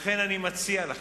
לכן, אני מציע לכם: